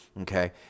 Okay